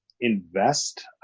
invest